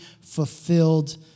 fulfilled